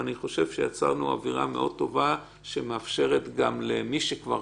ואני חושב שיצרנו אווירה מאוד טובה שמאפשרת גם למי שכבר